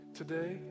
today